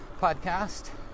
podcast